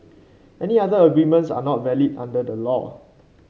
any other agreements are not valid under the law